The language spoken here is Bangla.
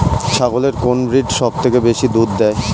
ছাগলের কোন ব্রিড সবথেকে বেশি দুধ দেয়?